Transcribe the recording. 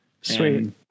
Sweet